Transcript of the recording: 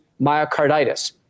myocarditis